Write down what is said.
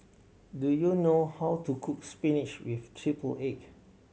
do you know how to cook spinach with triple egg